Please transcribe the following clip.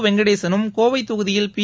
வெங்கடேசனும் கோவை தொகுதியில் பி